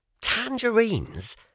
tangerines